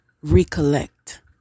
recollect